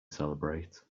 celebrate